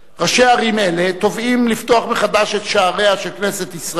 ראשי ערים אלה תובעים לפתוח מחדש את שעריה של כנסת ישראל